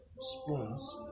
spoons